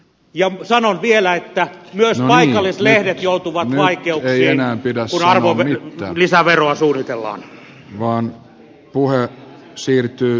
ja sanon vielä että joensuulainen oli lehdet joutuvan aitiot ei enää myös paikallislehdet joutuvat vaikeuksiin kun arvonlisäveroa suunnitellaan